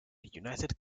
united